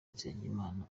nsengimana